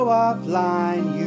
offline